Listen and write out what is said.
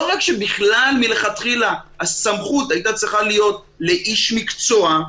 לא רק שבכלל מלכתחילה הסמכות הייתה צריכה להיות לאיש מקצוע,